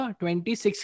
26